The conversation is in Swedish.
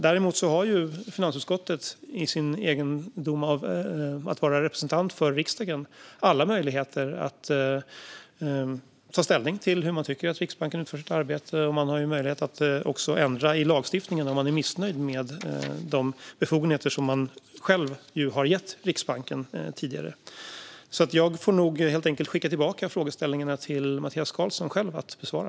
Däremot har finansutskottet i sin egenskap av representant för riksdagen alla möjligheter att ta ställning till hur man tycker att Riksbanken utför sitt arbete och också att ändra lagstiftningen om man är missnöjd med de befogenheter som man ju själv tidigare har gett Riksbanken. Jag får alltså helt enkelt skicka tillbaka frågeställningarna till Mattias Karlsson själv att besvara.